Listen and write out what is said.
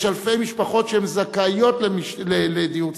יש אלפי משפחות שזכאיות לדיור ציבורי.